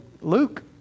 Luke